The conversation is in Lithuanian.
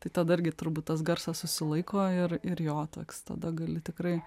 tai tada irgi turbūt tas garsas susilaiko ir ir jo toks tada gali tikrai